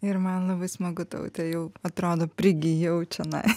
ir man labai smagu taute jau atrodo prigijau čionai